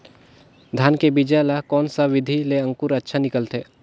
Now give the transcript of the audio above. धान के बीजा ला कोन सा विधि ले अंकुर अच्छा निकलथे?